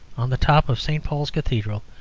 on the top of st. paul's cathedral,